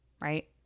Right